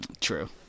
True